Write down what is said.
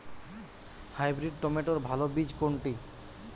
Hybrid টমেটোর ভালো বীজ কোনটি?